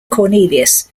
cornelius